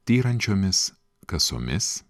styrančiomis kasomis